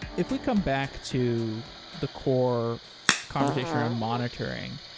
if we come back to the core conversation around monitoring.